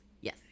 Yes